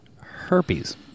herpes